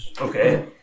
Okay